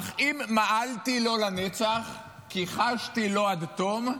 "אך אם מעלתי, לא לנצח / כחשתי, לא עד תום.